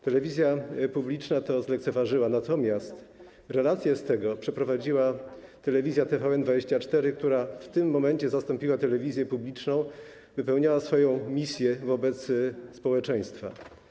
Telewizja publiczna to zlekceważyła, natomiast relację z tego przeprowadziła telewizja TVN24, która w tym momencie zastąpiła telewizję publiczną, wypełniała swoją misję wobec społeczeństwa.